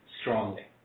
strongly